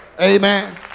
amen